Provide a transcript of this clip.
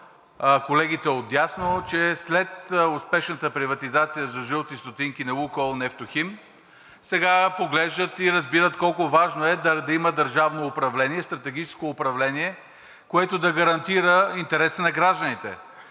колегите отдясно, че след успешната приватизация за жълти стотинки на „Лукойл Нефтохим“, сега проглеждат и разбират колко важно е да има държавно управление, стратегическо управление, което да гарантира интереса на гражданите.